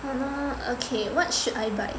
!hannor! okay what should I buy